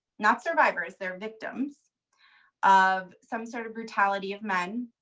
not survivors. they're victims of some sort of brutality of men.